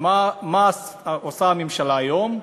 ומה עושה הממשלה היום?